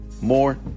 more